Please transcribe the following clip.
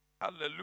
Hallelujah